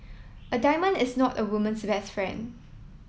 a diamond is not a woman's best friend